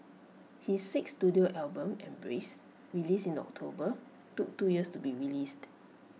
his sixth Studio album embrace released in October took two years to be released